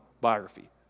biography